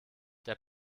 der